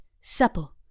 supple